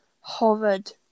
hovered